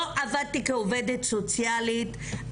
לא עבדתי כעובדת סוציאלית,